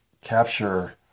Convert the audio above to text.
capture